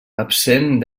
absent